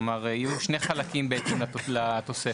כלומר, יהיו שני חלקי ב' לתוספת.